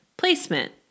Placement